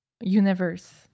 universe